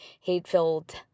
hate-filled